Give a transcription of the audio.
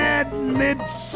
admits